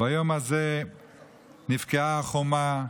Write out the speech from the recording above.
ביום הזה נבקעה החומה,